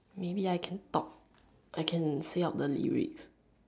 maybe I can talk I can say out the lyrics